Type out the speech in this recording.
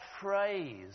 phrase